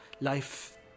life